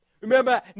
Remember